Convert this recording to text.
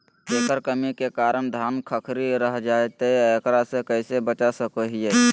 केकर कमी के कारण धान खखड़ी रहतई जा है, एकरा से कैसे बचा सको हियय?